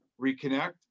reconnect